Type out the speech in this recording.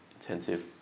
intensive